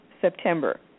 September